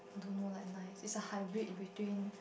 don't know like nice it's a hybrid between